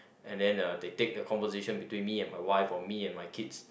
and then uh they take the conversation between me and my wife or me and my kids